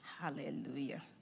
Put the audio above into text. Hallelujah